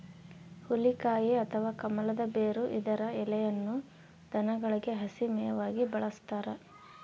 ಹುಲಿಕಾಯಿ ಅಥವಾ ಕಮಲದ ಬೇರು ಇದರ ಎಲೆಯನ್ನು ದನಗಳಿಗೆ ಹಸಿ ಮೇವಾಗಿ ಬಳಸ್ತಾರ